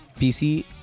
PC